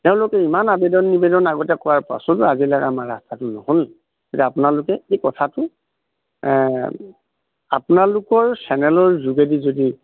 তেওঁলোক ইমান আবেদন নিবেদন আগতে কৰাৰ পাছতো আজিলে আমাৰ ৰাস্তাটো নহ'ল এতিয়া আপোনালোকে এই কথাটো আপোনালোকৰ চেনেলৰ যোগেদি যদি